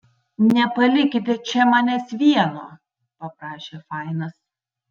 nepalikite čia manęs vieno paprašė fainas